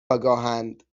آگاهند